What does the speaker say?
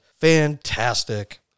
fantastic